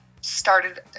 started